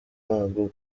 ntago